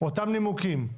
אותם נימוקים,